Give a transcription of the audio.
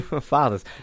Fathers